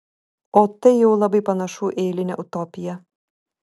o tai jau labai panašu į eilinę utopiją